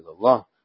Allah